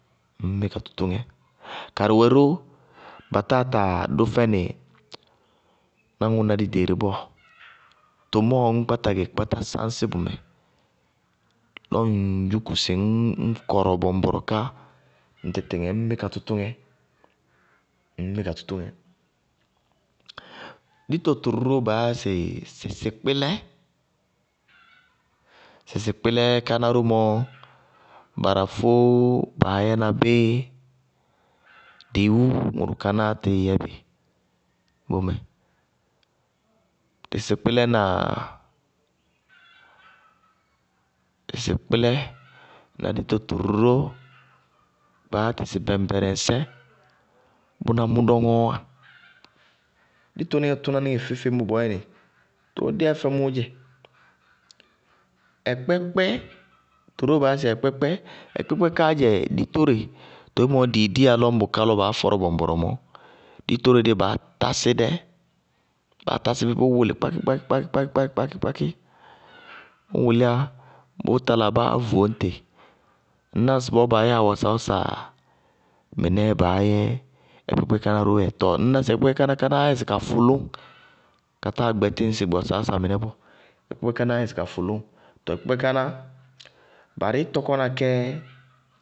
Ŋñmí ka tʋtʋŋɛ. Karɩ wɛ ró, ba táa taa dʋ fɛnɩ náŋʋná díɖeeré bɔɔ, tʋmɔɔ ŋñ kpáta gɛ ka sáñsí bʋmɛ, lɔ ŋ yúku sɩ ñ kɔrɔ bɔŋbɔrɔ ká, ŋtɩtɩŋɛ ŋñ mí ka tʋtʋŋɛ. Dito tʋrʋ róó baá yá sɩ sɩsɩkpílɛ, sɩsɩkpílɛ káná ró mɔ, barafóó baá yɛna bí. Dɩɩwú ŋʋrʋ kanáa tíɩ yɛbɩ bómɛ. Sɩsɩkpílɛ ká na, sɩsɩkpílɛ na dito tʋrʋ ró baá yá tɩ sɩ bɛŋbɛrɛŋsɛ tʋná mʋ dɔñɔɔwá. Ditonɩŋɛ tʋná mɛ feé-feé mɔ bɔɔyɛnɩ, tɔɔ déyá fɛmʋʋ dzɛ ɛkpɛkpɛ, ɛkpɛkpɛ káá dzɛ ditóre todzémɔ dɩɩ diyá lɔ ñŋ bʋkás baá fɔrɔ bɔŋbɔrɔ mɔɔ, ditóre dí baá tásɩ dɛ, baá tásɩ bí bʋ wʋlɩ kpákí-kpákí-kpákí, bʋ wʋlíyá bʋ taláa báá voñ tɩ, ŋná ŋsɩbɔɔ baa yáa wasawásaa? Mɩnɛɛ baá yɛ ɛkpɛkpɛ káná róó yɛ. Tɔɔ ɛkpɛkpɛ káná ŋñná kaá yɛ ŋsɩ ka fʋlʋñŋ, ka táa gbɛtí ŋsɩ wasawása mɩnɛ bɔɔ ɛkpɛkpɛ kánáá yɛ ŋsɩ ka fʋlʋñŋ. tɔɔ ɛkpɛkpɛ káná, barɩí tɔkɔna kɛ.